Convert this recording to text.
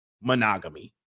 monogamy